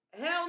Hell